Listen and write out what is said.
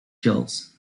kills